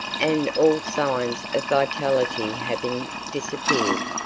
and, all signs of vitality having disappeared,